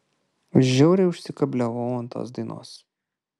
žiauriai užsikabliavau ant tos dainos